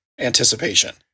anticipation